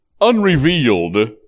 unrevealed